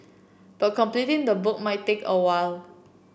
but completing the book might take a while